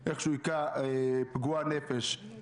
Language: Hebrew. כי הכנסת כבר עובדת והיא אמורה לאשר דברים כאלה.